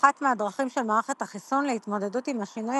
אחת מהדרכים של מערכת החיסון להתמודדות עם השינוי